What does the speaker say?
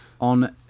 On